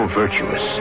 virtuous